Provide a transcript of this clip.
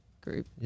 group